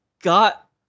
got